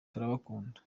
turabakunda